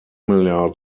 low